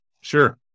Sure